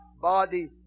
body